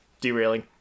Derailing